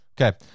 okay